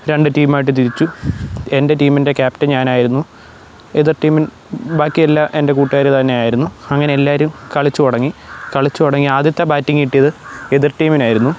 രണ്ട് ടീം ആയിട്ട് തിരിച്ചു എൻ്റെ ടീമിൻ്റെ ക്യാപ്റ്റൻ ഞാൻ ആയിരുന്നു എതിർ ടീമിൻ ബാക്കി എല്ലാം എൻ്റെ കൂട്ടുകാർ തന്നെ ആയിരുന്നു അങ്ങനെ എല്ലാവരും കളിച്ചുതുടങ്ങി കളിച്ചുതുടങ്ങി ആദ്യത്തെ ബാറ്റിങ്ങ് കിട്ടിയത് എതിർ ടീമിനായിരുന്നു